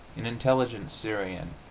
an intelligent syrian,